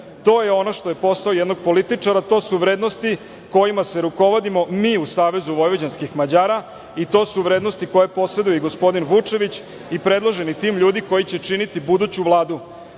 To je ono što je posao jednog političara. To su vrednosti kojima se rukovodimo mi u SVM i to su vrednosti koje poseduje gospodin Vučević i predlažem tim ljudi koji će činiti buduću